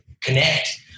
connect